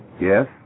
Yes